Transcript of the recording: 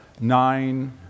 nine